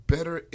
Better